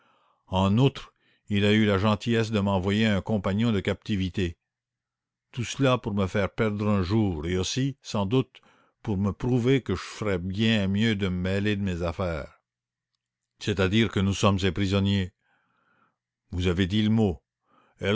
en outre il a eu la gentillesse de m'envoyer un compagnon de captivité tout cela pour me faire perdre un jour et aussi sans doute pour me prouver que je ferais bien mieux de me mêler de mes affaires